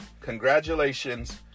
Congratulations